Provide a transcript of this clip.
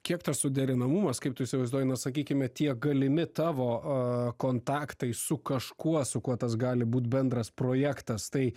kiek tas suderinamumas kaip tu įsivaizduoji na sakykime tie galimi tavo a kontaktai su kažkuo su kuo tas gali būt bendras projektas tai